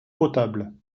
potable